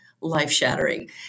life-shattering